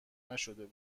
نشد